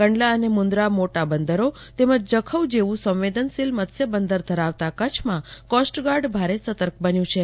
કંડલા અને મુંદરા મોટા બંદરો તેમજ જપૌ જેવું સંવેદનશીલ મત્સ્ય બંદર ધરાવતા કચ્છમાં કોસ્ટગાર્ડ ભારે સતર્ક બન્યું છે